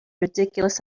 ridiculous